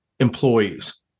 Employees